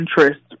interest